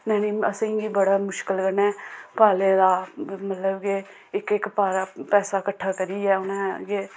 जानि असेंगी बड़ा मुश्कल कन्नै पाले दा मतलब कि इक इक पैहा पैसा कट्ठा करियै उ'नें गै